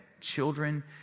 children